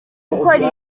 gukora